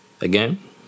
Again